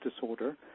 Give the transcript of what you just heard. disorder